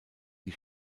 die